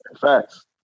facts